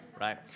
right